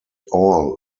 all